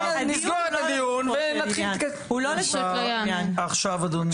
בוא נסגור את הדיון -- עכשיו אדוני,